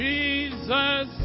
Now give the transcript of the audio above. Jesus